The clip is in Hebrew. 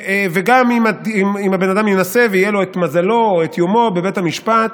וגם אם הבן אדם ינסה ויהיה לו את מזלו או את יומו בבית המשפט,